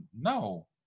no